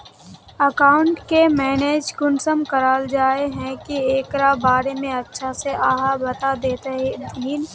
Account के manage कुंसम कराल जाय है की एकरा बारे में अच्छा से आहाँ बता देतहिन?